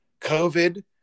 COVID